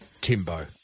Timbo